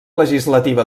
legislativa